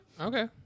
okay